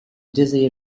dizzy